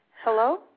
Hello